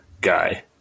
guy